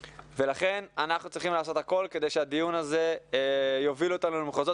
לכן אנחנו צריכים לעשות הכול כדי שהדיון הזה יוביל אותנו למחוזות